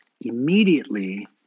immediately